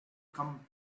come